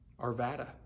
Arvada